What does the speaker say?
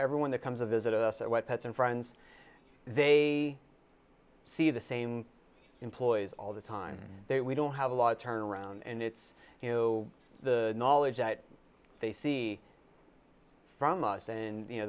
everyone that comes a visit us at what pets and friends they see the same employees all the time they we don't have a lot of turn around and it's you know the knowledge that they see from us and you know